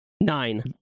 Nine